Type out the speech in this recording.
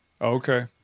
Okay